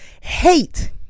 Hate